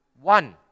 one